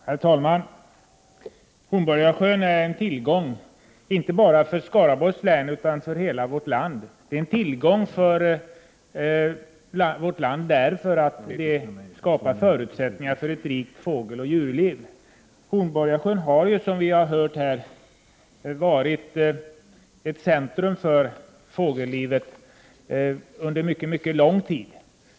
Herr talman! Hornborgasjön är en tillgång inte bara för Skaraborgs län utan för hela vårt land. Den är en tillgång för vårt land därför att den skapar förutsättningar för ett rikt fågeloch djurliv. Hornborgasjön har ju, som vi har hört här, varit ett centrum för fågellivet under mycket lång tid.